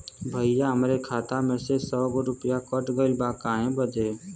भईया हमरे खाता में से सौ गो रूपया कट गईल बा काहे बदे?